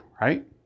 right